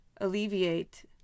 alleviate